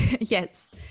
Yes